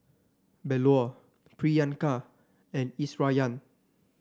Bellur Priyanka and Iswaran